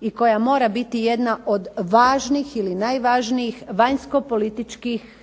i koja mora biti jedna od važnih ili najvažnijih vanjsko-političkih